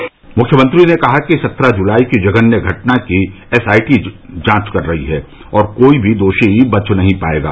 मुख्यमंत्री ने कहा कि सत्रह जुलाई की जघन्य घटना की एस आई टी जांच कर रही है और कोई भी दोषी बच नहीं पायेगा